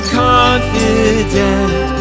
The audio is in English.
confident